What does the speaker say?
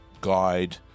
guide